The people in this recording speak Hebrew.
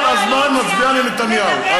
כל הזמן מצביעה לנתניהו.